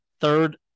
third